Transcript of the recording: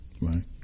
Right